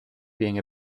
being